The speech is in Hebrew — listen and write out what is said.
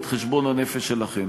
את חשבון הנפש שלכם.